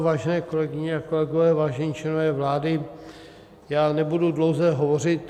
Vážené kolegyně a kolegové, vážení členové vlády, já nebudu dlouze hovořit.